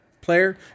player